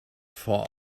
for